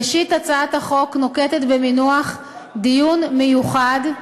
ראשית, הצעת החוק נוקטת את המינוח "דיון מיוחד",